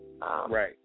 Right